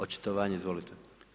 Očitovanje izvolite.